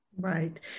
Right